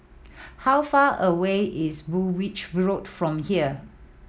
how far away is Woolwich Road from here